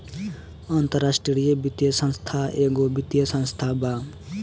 अन्तराष्ट्रिय वित्तीय संस्था एगो वित्तीय संस्था बा